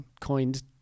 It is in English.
coined